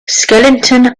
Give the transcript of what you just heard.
skeleton